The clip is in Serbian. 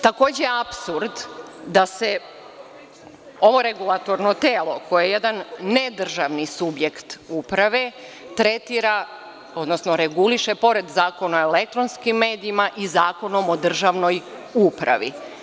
Takođe je apsurd da se ovo regulatorno telo, koje je jedan nedržavni subjekt uprave, tretira, odnosno reguliše, pored Zakona o elektronskim medijima, i Zakonom o državnoj upravi.